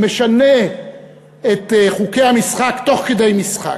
המשנה את חוקי המשחק תוך כדי משחק.